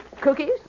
Cookies